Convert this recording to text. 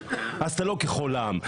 אז אתה לא ככל העם.